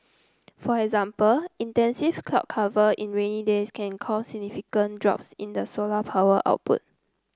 for example extensive cloud cover in rainy days can cause significant drops in the solar power output